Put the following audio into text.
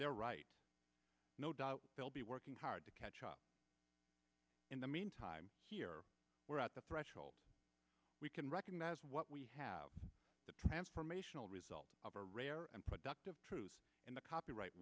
they're right no doubt they'll be working hard to catch up in the meantime here we're at the threshold we can recognize what we have a transformational result of a rare and productive trues in the copyright